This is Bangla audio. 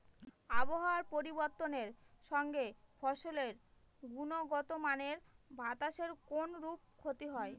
আবহাওয়ার পরিবর্তনের সঙ্গে ফসলের গুণগতমানের বাতাসের কোনরূপ ক্ষতি হয়?